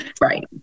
Right